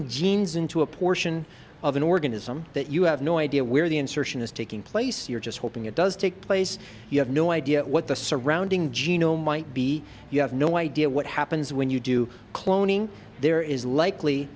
genes into a portion of an organism that you have no idea where the insertion is taking place you're just hoping it does take place you have no idea what the surrounding genome might be you have no idea what happens when you do cloning there is likely